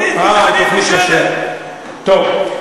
היא תוכנית כושלת, תוכנית גזענית כושלת.